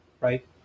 right